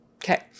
Okay